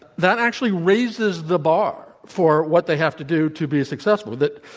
that actually raises the bar for what they have to do to be successful, that